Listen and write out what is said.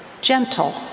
gentle